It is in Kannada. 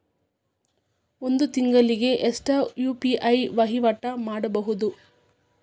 ಒಂದ್ ತಿಂಗಳಿಗೆ ಎಷ್ಟ ಯು.ಪಿ.ಐ ವಹಿವಾಟ ಮಾಡಬೋದು?